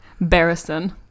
Barrison